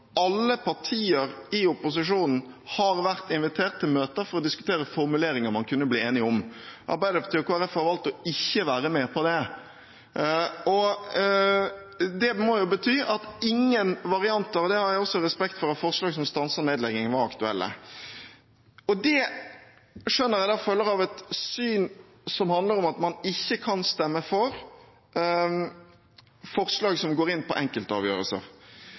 alle partier i opposisjonen har vært invitert til møter for å diskutere formuleringer man kunne bli enig om. Arbeiderpartiet og Kristelig Folkeparti har valgt ikke å være med på dem. Det må bety at ingen varianter – og det har jeg også respekt for – av forslag som stanser nedleggingen, var aktuelle. Det skjønner jeg følger av et syn som handler om at man ikke kan stemme for forslag som går inn i enkeltavgjørelser.